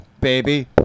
baby